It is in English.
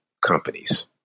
companies